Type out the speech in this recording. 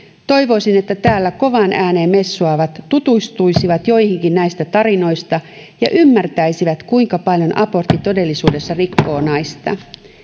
toivoisin että täällä kovaan ääneen messuavat tutustuisivat joihinkin näistä tarinoista ja ymmärtäisivät kuinka paljon abortti todellisuudessa rikkoo naista